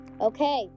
okay